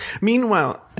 Meanwhile